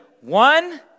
one